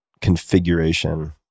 configuration